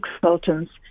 consultants